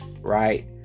right